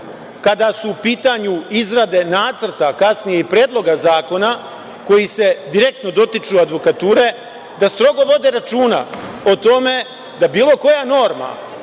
kada su u pitanju izrade nacrta, a kasnije i predloga zakona koji se direktno dotiču advokature, da strogo vode računa o tome da bilo koja norma